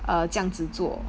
err 这样子做